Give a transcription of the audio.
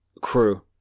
crew